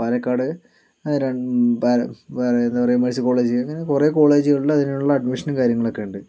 പാലക്കാട് ആ രണ്ട് പാല അതായത് വുമെൻസ് കോളേജ് കുറേ കോളേജുകളിൽ അതിനുള്ള അഡ്മിഷനും കാര്യങ്ങളൊക്കെയുണ്ട്